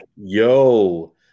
yo